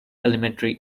elementary